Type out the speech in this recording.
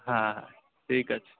হ্যাঁ ঠিক আছে